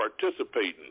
participating